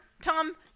Tom